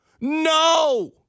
No